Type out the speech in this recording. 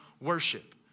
worship